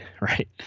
Right